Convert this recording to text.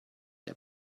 der